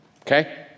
Okay